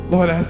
Lord